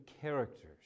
characters